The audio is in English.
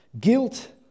guilt